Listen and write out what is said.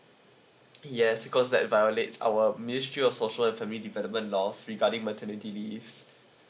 yes because like violates our ministry of social family development loss regarding maternity leaves